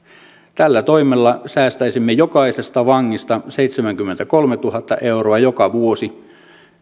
tällä toimella säästäisimme jokaisesta vangista seitsemänkymmentäkolmetuhatta euroa joka vuosi